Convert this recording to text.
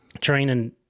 training